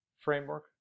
framework